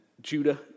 Judah